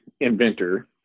inventor